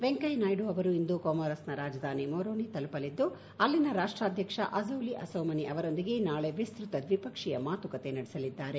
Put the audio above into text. ವೆಂಕಯ್ಯ ನಾಯ್ಡು ಅವರು ಇಂದು ಕೋಮೋರಸ್ನ ರಾಜಧಾನಿ ಮೋರೋನಿ ತಲುಪಲಿದ್ದು ಅಲ್ಲಿನ ರಾಷ್ಟ್ರಾಧ್ಯಕ್ಷ ಅಜಲಿ ಅಸೌಮನಿ ಅವರೊಂದಿಗೆ ನಾಳಿ ವಿಸ್ತತ ದ್ವಿಪಕ್ಷೀಯ ಮಾತುಕತೆ ನಡೆಸಲಿದ್ದಾರೆ